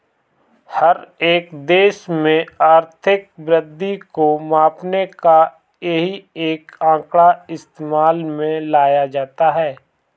हर एक देश में आर्थिक वृद्धि को मापने का यही एक आंकड़ा इस्तेमाल में लाया जाता है